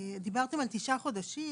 שהצו